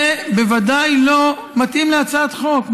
זה בוודאי לא מתאים להצעת חוק,